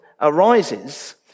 arises